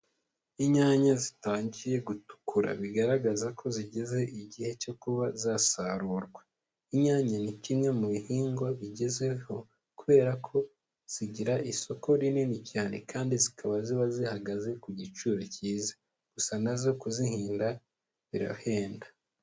Inyanya zitangiye gutukura, bigaragaza ko zigeze igihe cyo kuba zasarurwa. Inyanya ni kimwe mu bihingwa bigezeho, kubera ko zigira isoko rinini cyane, kandi zikaba ziba zihagaze ku giciro cyiza, gusa na zo kuzihinga birahenda.